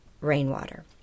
rainwater